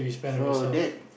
so that